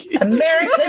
american